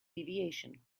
deviation